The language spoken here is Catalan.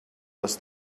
les